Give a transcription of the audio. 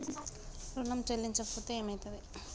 ఋణం చెల్లించకపోతే ఏమయితది?